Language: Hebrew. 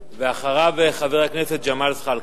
אחריו, חבר הכנסת ג'מאל זחאלקה.